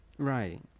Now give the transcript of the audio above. Right